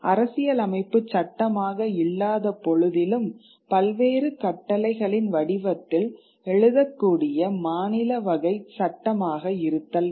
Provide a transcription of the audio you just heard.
அரசியலமைப்புச் சட்டமாக இல்லாதபொழுதிலும் பல்வேறு கட்டளைகளின் வடிவத்தில் எழுதக்கூடிய மாநில வகை சட்டமாக இருத்தல் வேண்டும்